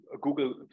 Google